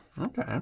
Okay